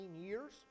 years